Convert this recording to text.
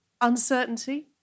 uncertainty